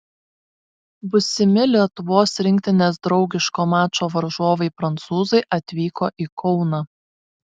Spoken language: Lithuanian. būsimi lietuvos rinktinės draugiško mačo varžovai prancūzai atvyko į kauną